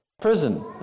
Prison